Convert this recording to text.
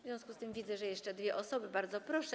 W związku z tym widzę, że jeszcze dwie osoby, bardzo proszę.